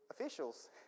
officials